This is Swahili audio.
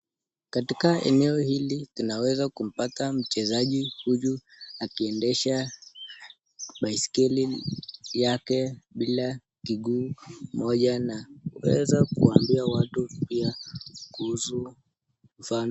Katika eneo hili tunaweza kumpata mchezaji huyu akiendesha baiskeli yake bila kiguu moja na ameeza kuambia watu pia kuhusu mfa...